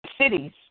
Cities